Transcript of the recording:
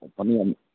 ꯌꯥꯅꯤ ꯌꯥꯅꯤ